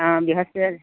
অ বৃহস্পতিবাৰে